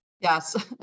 Yes